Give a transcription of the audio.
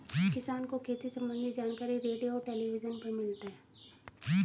किसान को खेती सम्बन्धी जानकारी रेडियो और टेलीविज़न पर मिलता है